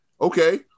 Okay